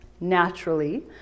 naturally